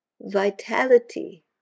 vitality